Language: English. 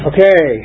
Okay